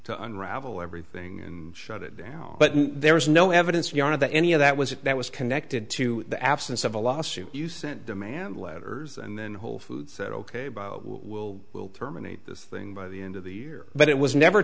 to unravel everything shut it down but there was no evidence yet of the any of that was that was connected to the absence of a lawsuit you sent demand letters and then whole foods said ok we'll will terminate this thing by the end of the year but it was never